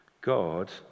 God